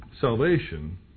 salvation